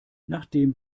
nachdem